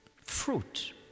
Fruit